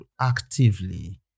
actively